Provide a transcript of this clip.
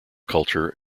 culture